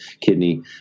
kidney